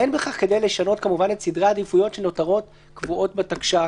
אין בכך כדי לשנות כמובן את סדרי העדיפויות שנותרות קבועות בתקש"ח,